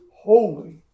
Holy